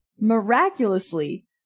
Miraculously